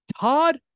Todd